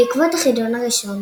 בעקבות החידון הראשון